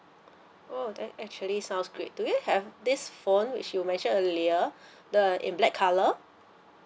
oh that actually sounds great do you have this phone which you mentioned earlier the in black colour